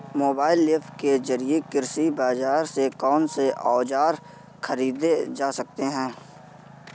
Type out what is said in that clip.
Mobile app के जरिए कृषि बाजार से कौन से औजार ख़रीदे जा सकते हैं?